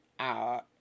out